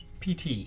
PT